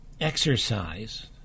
exercise